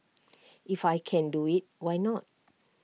if I can do IT why not